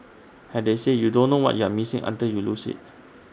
as they say you don't know what you're missing until you lose IT